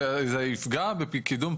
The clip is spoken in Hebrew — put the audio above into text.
את זה צריך לזכור.